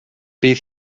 bydd